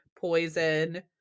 poison